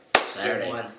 Saturday